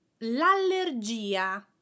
L'allergia